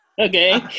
Okay